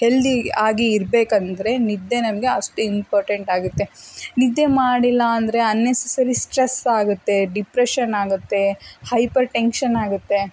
healthy ಆಗಿ ಇರಬೇಕಂದ್ರೆ ನಿದ್ದೆ ನಮಗೆ ಅಷ್ಟು ಇಂಪಾರ್ಟೆಂಟ್ ಆಗುತ್ತೆ ನಿದ್ದೆ ಮಾಡಿಲ್ಲಾಂದರೆ ಅನ್ನೆಸಸರಿ ಸ್ಟ್ರೆಸ್ ಆಗುತ್ತೆ ಡಿಪ್ರೆಶನಾಗುತ್ತೆ ಹೈಪರ್ ಟೆನ್ಶನಾಗುತ್ತೆ